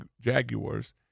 Jaguars